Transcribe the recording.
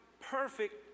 perfect